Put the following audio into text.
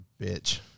bitch